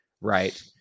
right